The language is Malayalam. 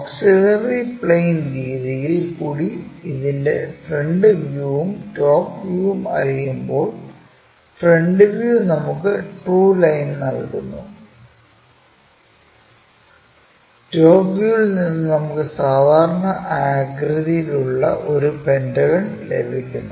ഓക്സിലറി പ്ലെയിൻ രീതിയിൽ കൂടി ഇതിന്റെ ഫ്രണ്ട് വ്യൂവും ടോപ് വ്യൂവും അറിയുമ്പോൾ ഫ്രണ്ട് വ്യൂ നമുക്ക് ട്രൂ ലൈൻ നൽകുന്നു ടോപ് വ്യൂവിൽ നിന്ന് നമുക്ക് സാധാരണ ആകൃതിയിലുള്ള ഒരു പെന്റഗൺ ലഭിക്കുന്നു